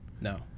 No